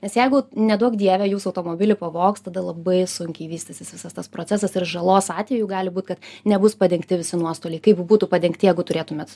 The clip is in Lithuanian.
nes jeigu neduok dieve jūsų automobilį pavogs tada labai sunkiai vystysis visas tas procesas ir žalos atveju gali būt kad nebus padengti visi nuostoliai kaip būtų padengti jeigu turėtumėt